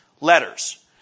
letters